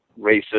racist